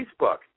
Facebook